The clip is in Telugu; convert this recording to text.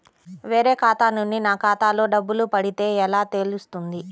వేరే ఖాతా నుండి నా ఖాతాలో డబ్బులు పడితే ఎలా తెలుస్తుంది?